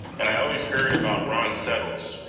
and i always heard about ron settles.